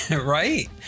Right